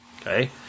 Okay